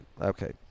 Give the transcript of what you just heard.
Okay